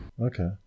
Okay